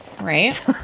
right